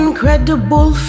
Incredible